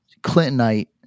Clintonite